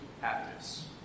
happiness